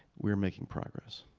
we're making progress.